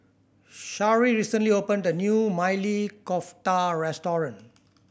Shari recently opened a new Maili Kofta Restaurant